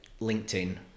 LinkedIn